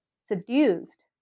seduced